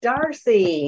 Darcy